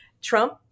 Trump